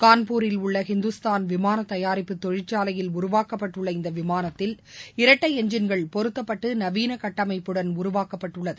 கான்பூரில் உள்ள இந்துஸ்தான் விமான தபாரிப்பு தொழிற்சாலையில் உருவாக்கப்பட்டுள்ள இந்த விமானத்தில் இரட்டை எஞ்சின்கள் பொருத்தப்பட்டு நவீன கட்டமைப்புடன் உருவாக்கப்பட்டுள்ளது